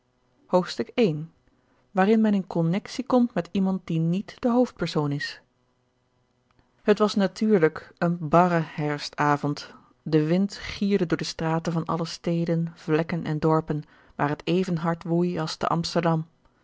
i waarin men in connectie komt met iemand die niet de hoofdpersoon is het was natuurlijk een barre herfstavond de wind gierde door de straten van alle steden vlekken en dorpen waar het even hard woei als te amsterdam